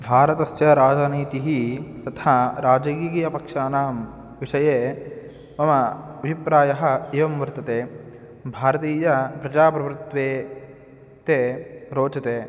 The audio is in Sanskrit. भारतस्य राजनीतिः तथा राजकीयपक्षानां विषये मम अभिप्रायः एवं वर्तते भारतीयप्रजाप्रभुत्वे ते रोचते